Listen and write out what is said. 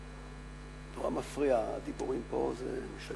מאוד מפריע, הדיבורים פה.